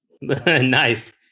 Nice